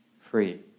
free